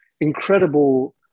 incredible